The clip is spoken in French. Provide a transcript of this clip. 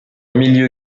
milieu